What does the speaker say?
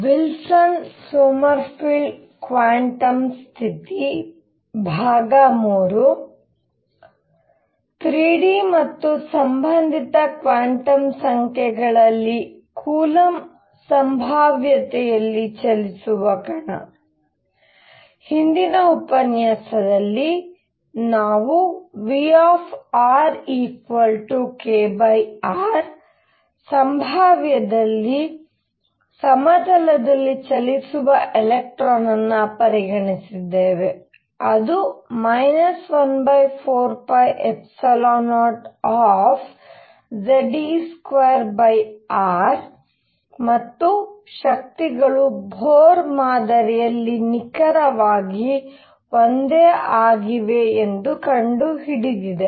Wilson Sommerfeld quantum ಸ್ಥಿತಿ III 3D ಮತ್ತು ಸಂಬಂಧಿತ ಕ್ವಾಂಟಮ್ ಸಂಖ್ಯೆಗಳಲ್ಲಿ ಕೊಲಂಬ್ ಸಂಭಾವ್ಯತೆಯಲ್ಲಿ ಚಲಿಸುವ ಕಣ ಹಿಂದಿನ ಉಪನ್ಯಾಸದಲ್ಲಿ ನಾವು Vrkr ಸಂಭಾವ್ಯದಲ್ಲಿ ಸಮತಲದಲ್ಲಿ ಚಲಿಸುವ ಎಲೆಕ್ಟ್ರಾನ್ ಅನ್ನು ಪರಿಗಣಿಸಿದ್ದೇವೆ ಅದು 14π0 ಮತ್ತು ಶಕ್ತಿಗಳು ಬೋರ್ ಮಾದರಿಯಲ್ಲಿ ನಿಖರವಾಗಿ ಒಂದೇ ಆಗಿವೆ ಎಂದು ಕಂಡುಹಿಡಿದಿದೆ